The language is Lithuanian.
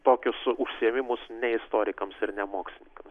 tokius užsiėmimus ne istorikams ir nemokslininkams